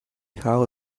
how